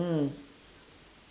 mm